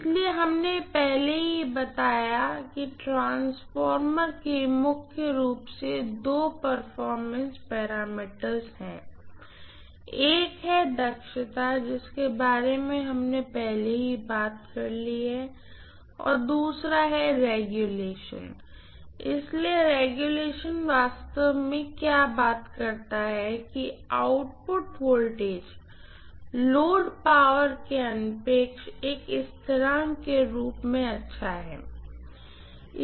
इसलिए हमने पहले ही बताया कि ट्रांसफ़ॉर्मर के लिए मुख्य रूप से दो प्रमुख परफॉरमेंस पैरामीटर्स हैं एक है दक्षता जिसके बारे में हमने पहले ही बात कर ली है दूसरा जो रेग्युलेशन है इसलिए रेगुलेशन वास्तव में बात करता है कि आउटपुट वोल्टेज लोड पावर के अनपेक्ष एक स्थिरांक के रूप में कितना अच्छा है